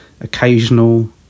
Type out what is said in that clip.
occasional